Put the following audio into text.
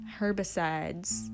herbicides